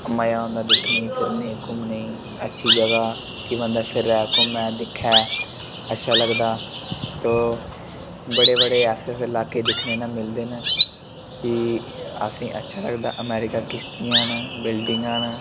मज़ा आंदा दिक्खने गी फिरने घूमने गी अच्छी जगह् कि बन्दा फिरे घूमै दिक्खै अच्छा लगदा तो बड़े बड़े ऐसे ऐसे लाके दिक्खने मिलदे न कि असेंगी अच्छा लगदा अमेरिका किश्तियां न बिल्डिंगां न